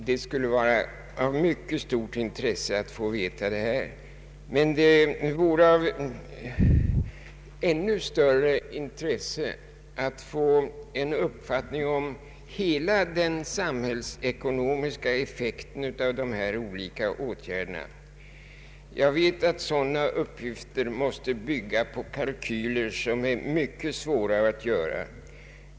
Det skulle vara av mycket stort intresse att få sådana uppgifter. Men det vore av än större intresse att få en uppfattning om hela den samhällsekonomiska effekten av dessa olika åtgärder. Jag vet att sådana uppgifter måste bygga på kalkyler som är mycket svåra att göra.